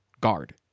guard